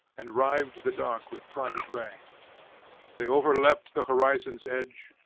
and rived the dark with private ray they overleapt the horizon's edge,